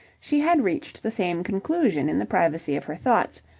she had reached the same conclusion in the privacy of her thoughts,